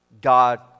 God